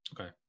Okay